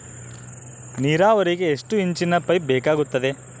ನೇರಾವರಿಗೆ ಎಷ್ಟು ಇಂಚಿನ ಪೈಪ್ ಬೇಕಾಗುತ್ತದೆ?